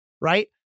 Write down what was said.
right